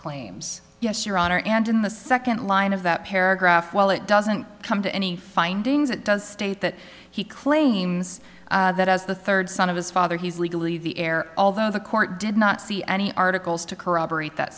claims yes your honor and in the second line of that paragraph while it doesn't come to any findings it does state that he claims that as the third son of his father he's legally the heir although the court did not see any articles to corroborate that